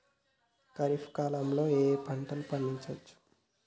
ఖరీఫ్ కాలంలో ఏ ఏ పంటలు పండించచ్చు?